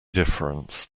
difference